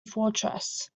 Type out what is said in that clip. fortress